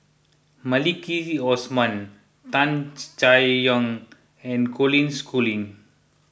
Maliki Osman Tan Chay Yan and Colin Schooling